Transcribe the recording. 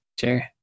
Sure